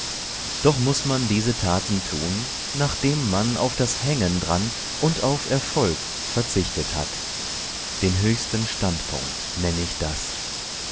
doch muß man diese taten tun nachdem man auf das hängen dran und auf erfolg verzichtet hat den höchsten standpunkt nenn ich das